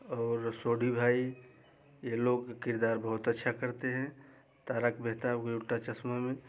और सोढ़ी भाई ये लोग का किरदार बहुत अच्छा करते हैं तारक मेहता का उलट चश्मा में